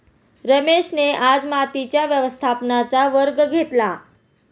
रमेशने आज मातीच्या व्यवस्थापनेचा वर्ग घेतला